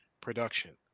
production